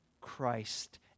Christ